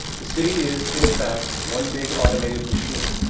the city is, in fact, one big automated machine.